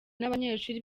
n’abanyeshuri